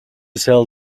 sell